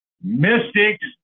mystics